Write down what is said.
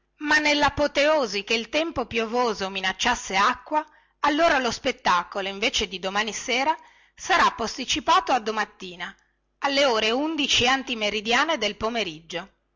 ma nellapoteosi che il tempo piovoso minacciasse acqua allora lo spettacolo invece di domani sera sarà posticipato a domattina alle ore undici antimeridiane del pomeriggio